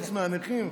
חוץ מהנכים,